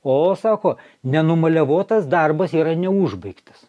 o sako nenumaliavotas darbas yra neužbaigtas